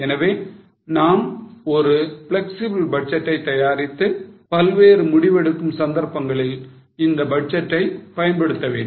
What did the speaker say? எனவே நாம் ஒரு flexible budget ஐ தயாரித்து பல்வேறு முடிவெடுக்கும் சந்தர்ப்பங்களில் இந்த பட்ஜெட் ஐ பயன்படுத்த வேண்டும்